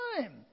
time